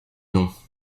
noms